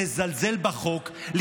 לזלזל בחוק,